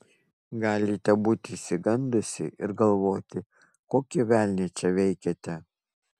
galite būti išsigandusi ir galvoti kokį velnią čia veikiate